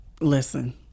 listen